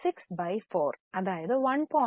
6 by 4 അതായത് ഇത് 1